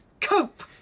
cope